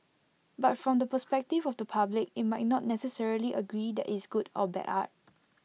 but from the perspective of the public IT might not necessarily agree that it's good or bad art